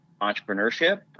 entrepreneurship